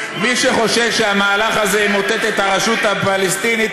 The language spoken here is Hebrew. מי שחושב שהמהלך הזה ימוטט את הרשות הפלסטינית,